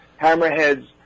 Hammerheads